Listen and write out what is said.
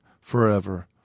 forever